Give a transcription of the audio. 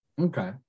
okay